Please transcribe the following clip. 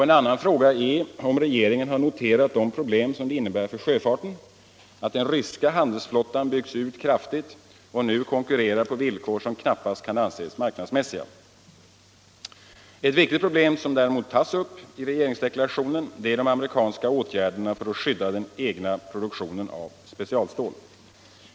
En annan fråga är om regeringen har noterat de problem det innebär för sjöfarten att den ryska handelsflottan byggts ut kraftigt och nu konkurrerar på villkor som knappast kan anses marknadsmässiga. Ett viktigt problem som däremot tas upp i regeringsdeklarationen är de amerikanska åtgärderna för att skydda den egna produktionen av specialstål.